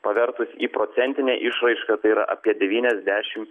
pavertus į procentinę išraišką tai yra apie devyniasdešim